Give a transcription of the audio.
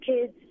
kids